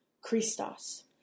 Christos